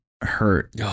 Hurt